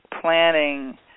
planning